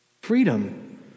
freedom